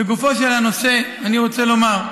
לגופו של הנושא אני רוצה לומר: